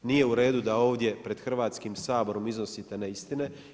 Nije u redu da ovdje pred Hrvatskim saborom iznosite neistine.